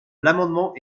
l’amendement